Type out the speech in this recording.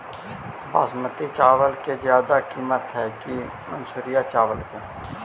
बासमती चावल के ज्यादा किमत है कि मनसुरिया चावल के?